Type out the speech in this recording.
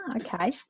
okay